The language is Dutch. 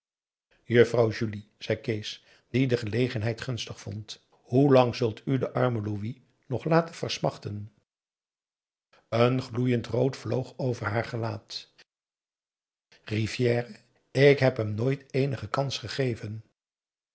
juffrouw julie zei kees die de gelegenheid gunstig vond hoe lang zult u den armen louis nog laten versmachten een gloeiend rood vloog over haar gelaat rivière ik heb hem nooit eenige kans gegeven